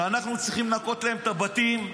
שאנחנו צריכים לנקות להם את הבתים.